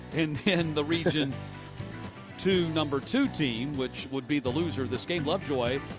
and then the region two number two team, which would be the loser of this game, lovejoy,